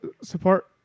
support